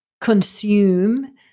consume